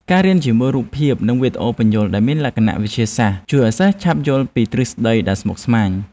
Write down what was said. ការរៀនជាមួយរូបភាព និងវីដេអូពន្យល់ដែលមានលក្ខណៈវិទ្យាសាស្ត្រជួយឱ្យសិស្សឆាប់យល់ពីទ្រឹស្តីដែលស្មុគស្មាញ។